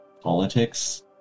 politics